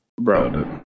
bro